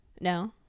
No